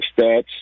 stats